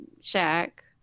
shack